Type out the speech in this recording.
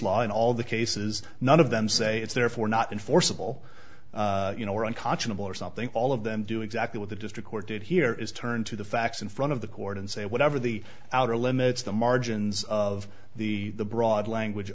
law in all the cases none of them say it's therefore not enforceable you know unconscionable or something all of them do exactly what the district court did here is turn to the facts in front of the court and say whatever the outer limits the margins of the broad language